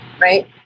right